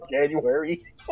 January